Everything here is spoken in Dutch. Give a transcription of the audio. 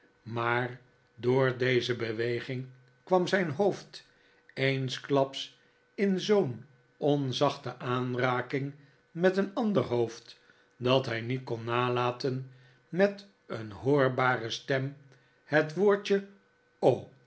maar door deze beweging kwam zijn hoofd eensklaps in zoo'n onzachte aanraking met een ander hoofd dat hij niet kon nalaten met een hoorbare stem het woordje